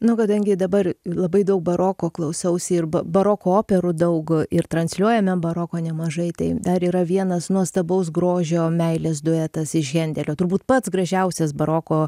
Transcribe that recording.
nu kadangi dabar labai daug baroko klausausi ir ba baroko operų daug ir transliuojame baroko nemažai tai dar yra vienas nuostabaus grožio meilės duetas iš hendelio turbūt pats gražiausias baroko